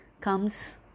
comes